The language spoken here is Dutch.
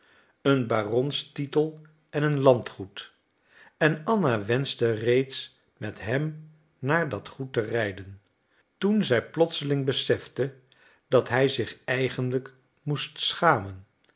een baronetstitel en een landgoed en anna wenschte reeds met hem naar dat goed te rijden toen zij plotseling besefte dat hij zich eigenlijk moest schamen